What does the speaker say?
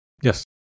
Yes